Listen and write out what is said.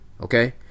Okay